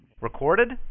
Recorded